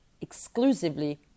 exclusively